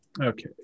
Okay